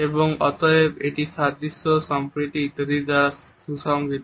এবং অতএব এটি সাদৃশ্য সম্প্রীতি ইত্যাদির দ্বারা সুসংহত